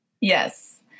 Yes